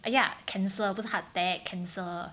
!aiya! cancer 不是 heart attack cancer